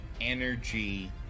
energy